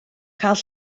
cael